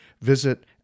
Visit